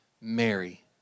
Mary